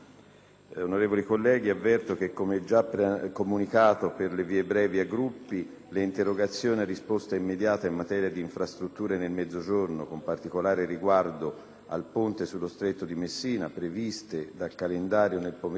le interrogazioni a risposta immediata in materia di infrastrutture nel Mezzogiorno, con particolare riguardo al ponte sullo Stretto di Messina, previste dal calendario nel pomeriggio di domani, sono rinviate a giovedì 27 novembre, alle ore 15.